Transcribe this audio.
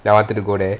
and I wanted to go there